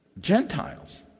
Gentiles